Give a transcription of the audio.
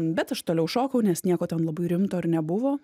bet aš toliau šokau nes nieko ten labai rimto ir nebuvo